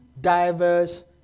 diverse